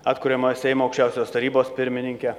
atkuriamojo seimo aukščiausios tarybos pirmininke